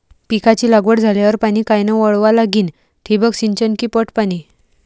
पिकाची लागवड झाल्यावर पाणी कायनं वळवा लागीन? ठिबक सिंचन की पट पाणी?